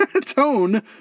Tone